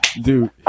dude